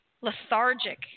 lethargic